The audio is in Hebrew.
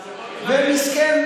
ומסכן,